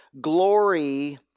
glory